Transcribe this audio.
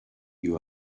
you